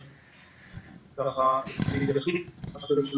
אז להתכנסות ככה של הדברים,